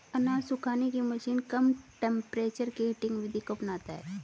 अनाज सुखाने की मशीन कम टेंपरेचर की हीटिंग विधि को अपनाता है